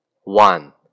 One